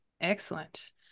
Excellent